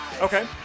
Okay